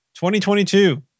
2022